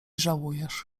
żałujesz